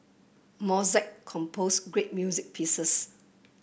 Mozart composed great music pieces